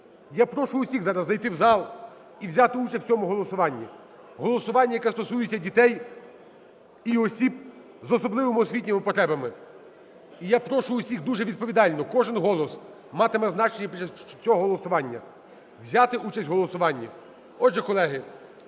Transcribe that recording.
я прошу усіх зараз зайти в зал і взяти участь в цьому голосуванні. Голосування, яке стосується дітей і осіб з особливими освітніми потребами. І я прошу усіх дуже відповідально, кожен голос матиме значення після цього голосування, взяти участь у голосуванні. Отже, колеги,